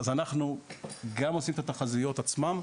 אז אנחנו גם עושים את התחזיות עצמן,